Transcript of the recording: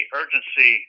urgency